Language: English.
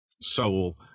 soul